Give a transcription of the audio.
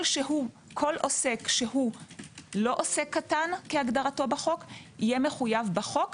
כל עוסק שאינו עוסק קטן כהגדרתו בחוק יהיה מחויב בחוק